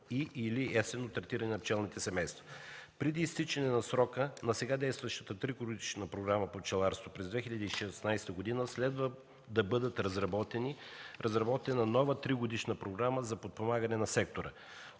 и/или есенно третиране на пчелните семейства. Преди изтичане на срока на сега действащата тригодишна програма по пчеларство през 2016 г., следва да бъде разработена нова тригодишна програма за подпомагане на сектора.